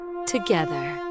together